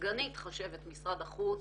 סגנית חשבת משרד החוץ,